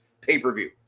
pay-per-view